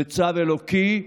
בצו אלוקי,